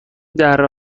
دره